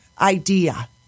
idea